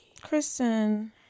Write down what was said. kristen